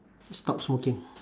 stop smoking